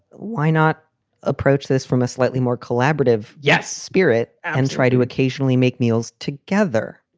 why not approach this from a slightly more collaborative yes spirit and try to occasionally make meals together?